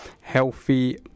healthy